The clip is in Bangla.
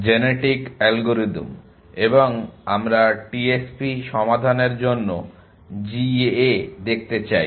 জেনেটিক অ্যালগরিদম এবং আমরা TSP সমাধানের জন্য GA দেখতে চাই